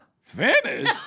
finish